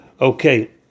Okay